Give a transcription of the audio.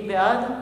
מי בעד?